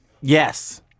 yes